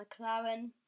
McLaren